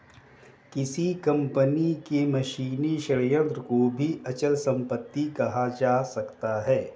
किसी कंपनी के मशीनी संयंत्र को भी अचल संपत्ति कहा जा सकता है